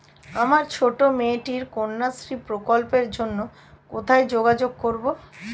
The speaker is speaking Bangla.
আমার ছোট্ট মেয়েটির কন্যাশ্রী প্রকল্পের জন্য কোথায় যোগাযোগ করব?